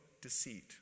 deceit